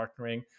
partnering